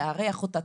תארח אותה,